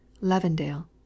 Levendale